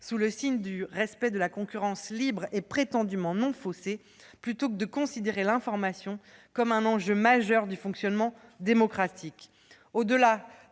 sous le signe du respect de la concurrence libre et prétendument non faussée, plutôt que de considérer l'information comme un enjeu majeur du fonctionnement démocratique.